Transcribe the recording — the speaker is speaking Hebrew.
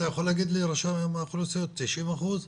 90%,